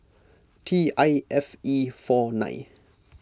T I F E four nine